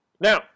Now